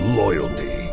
loyalty